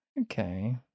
Okay